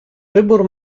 wybór